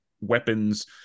weapons